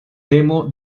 temo